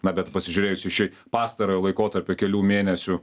na bet pasižiūrėjus į šį pastarojo laikotarpio kelių mėnesių